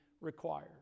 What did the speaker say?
required